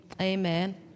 Amen